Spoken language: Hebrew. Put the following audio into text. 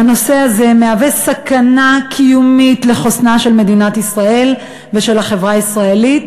הנושא הזה מהווה סכנה קיומית לחוסנה של מדינת ישראל ושל החברה הישראלית,